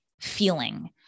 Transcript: feeling